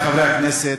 חברי חברי הכנסת,